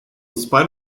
spite